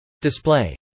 Display